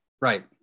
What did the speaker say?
Right